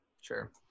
sure